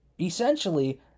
essentially